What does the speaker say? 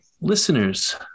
Listeners